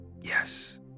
Yes